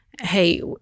hey